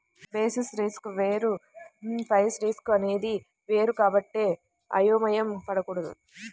basis risk వేరు price risk అనేది వేరు కాబట్టి అయోమయం పడకూడదు